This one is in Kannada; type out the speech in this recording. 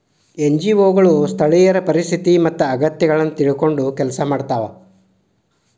ಎನ್.ಜಿ.ಒ ಗಳು ಸ್ಥಳೇಯರ ಪರಿಸ್ಥಿತಿ ಮತ್ತ ಅಗತ್ಯಗಳನ್ನ ತಿಳ್ಕೊಂಡ್ ಕೆಲ್ಸ ಮಾಡ್ತವಾ